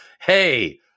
hey